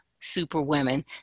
Superwomen